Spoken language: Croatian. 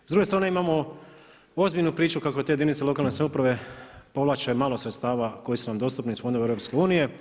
S druge strane imamo ozbiljnu priču kako te jedinice lokalne samouprave povlače malo sredstava koji su nam dostupni iz fondova EU.